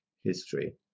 history